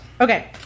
Okay